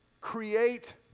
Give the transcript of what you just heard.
create